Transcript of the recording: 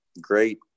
great